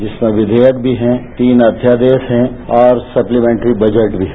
जिसमें विधेयक भी है तीन अध्यादेश है और सस्तीमेंट्री बजट भी है